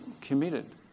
committed